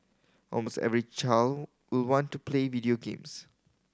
almost every child will want to play video games